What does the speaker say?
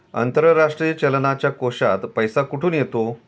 आंतरराष्ट्रीय चलनाच्या कोशात पैसा कुठून येतो?